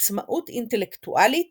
"עצמאות אינטלקטואלית